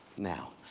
now,